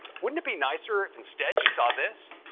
wouldn't it be nicer if instead you saw this?